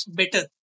better